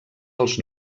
els